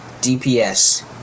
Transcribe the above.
DPS